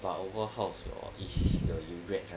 but overall how was your E_C_C the you rate right